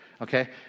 Okay